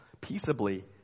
peaceably